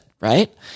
right